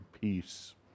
peace